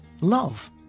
Love